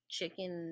Chicken